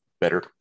better